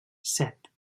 set